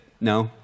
No